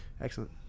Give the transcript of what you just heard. Excellent